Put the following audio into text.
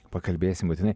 pakalbėsim būtinai